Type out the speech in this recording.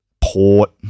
Port